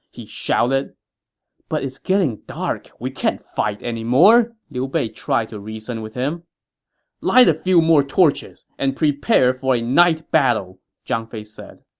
he shouted but it's getting dark we can't fight anymore, liu bei tried to reason with him light a few more torches and prepare for a night battle! zhang fei said